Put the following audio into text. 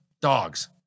Dogs